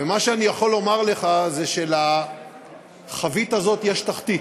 ומה שאני יכול לומר לך זה שלחבית הזאת יש תחתית,